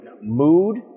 mood